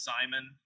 Simon